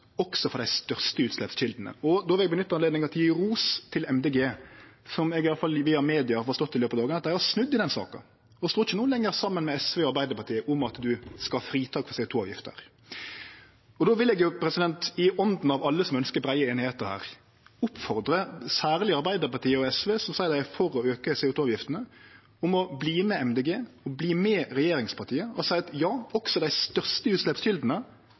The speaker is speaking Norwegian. også for dei største utsleppskjeldene. Då vil eg nytte høvet til å gje ros til Miljøpartiet Dei Grøne, som eg i løpet av dagen i alle fall via media har forstått har snudd i den saka og ikkje lenger står saman med SV og Arbeidarpartiet om at ein skal ha fritak for CO 2 -avgift der. Då vil eg i ånda av alle som ønskjer brei einigheit her, oppfordre særleg Arbeidarpartiet og SV, som seier dei er for å auke CO 2 -avgiftene, om å verte med Miljøpartiet Dei Grøne og regjeringspartia og seie at ja, også dei største